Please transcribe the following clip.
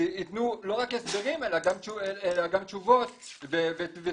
שיתנו לא רק הסברים אלא גם תשובות ותיקונים,